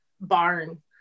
barn